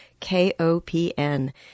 KOPN